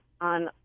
on